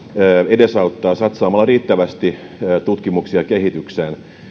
edesauttaa satsaamalla riittävästi tutkimukseen ja kehitykseen